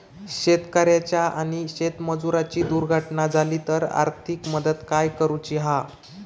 शेतकऱ्याची आणि शेतमजुराची दुर्घटना झाली तर आर्थिक मदत काय करूची हा?